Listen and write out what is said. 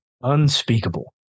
Unspeakable